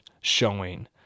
showing